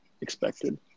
expected